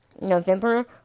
November